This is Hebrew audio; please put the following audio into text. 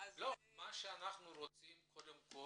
מה שאנחנו רוצים, קודם כל,